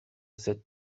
sept